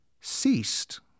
ceased